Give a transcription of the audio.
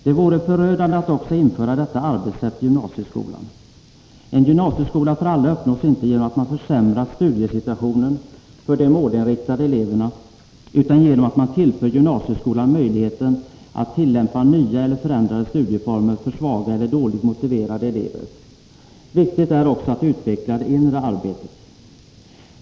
Det vore förödande att införa detta arbetssätt också i gymnasiesko lan. En gymnasieskola för alla uppnås inte genom att man försämrar studiesituationen för de målinriktade eleverna, utan genom att man tillför gymnasieskolan möjligheten att tillämpa nya eller förändrade studieformer för svaga eller dåligt motiverade elever. Viktigt är också att utveckla det inre arbetet.